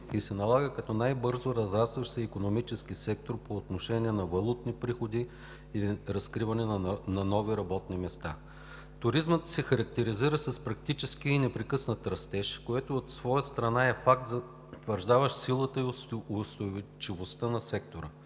и се налага като най-бързо разрастващ се икономически сектор по отношение на валутни приходи и разкриване на нови работни места. Туризмът се характеризира с практически и непрекъснат растеж, което от своя страна е факт, потвърждаващ силата и устойчивостта на сектора.